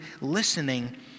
listening